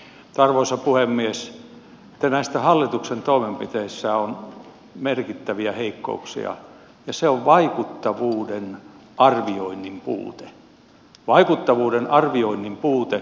mutta arvoisa puhemies näissä hallituksen toimenpiteissä on merkittäviä heikkouksia ja yksi on vaikuttavuuden arvioinnin puute vaikuttavuuden arvioinnin puute